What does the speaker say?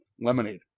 lemonade